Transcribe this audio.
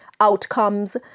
outcomes